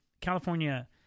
California